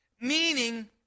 Meaning